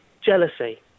jealousy